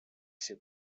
się